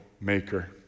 maker